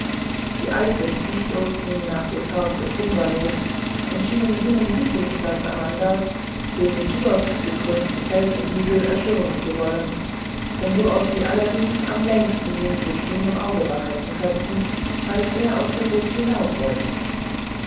die eifrigsten stürzten nach dem park des bungalow und schienen jenen lieblingsplatz amandas den kioskgekrönten felsenhügel erstürmen zu wollen von wo aus sie allerdings am längsten den flüchtling im auge behalten könnten falls er aus der bucht hinaus wollte